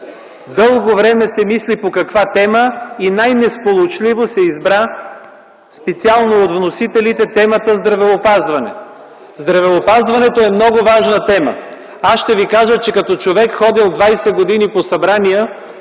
Дълго време се мисли по каква тема и най-несполучливо се избра специално от вносителите темата „Здравеопазване”. Здравеопазването е много важна тема. Аз ще ви кажа, че като човек, ходил 20 години по събрания,